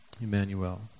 Emmanuel